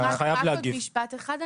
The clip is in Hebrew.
רק עוד משפט אחד,